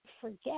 forget